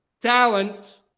talent